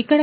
ఇప్పుడు